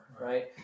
right